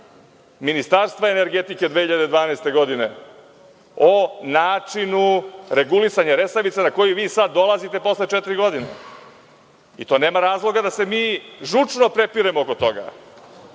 Ministarstva energetike 2012. godine o načinu regulisanja Resavice, i vi sada dolazite posle četiri godine. Nema razloga da se mi žučno prepiremo oko toga.